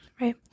Right